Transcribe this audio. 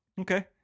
Okay